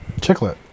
Chicklet